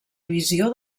visió